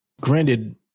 Granted